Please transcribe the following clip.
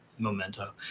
memento